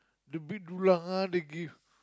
the big dulang ah they give